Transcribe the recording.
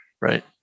right